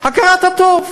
הכרת הטוב.